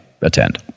attend